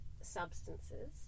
substances